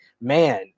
man